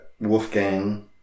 Wolfgang